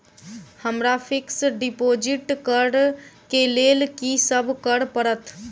हमरा fix deposit करऽ केँ लेल की सब करऽ पड़त?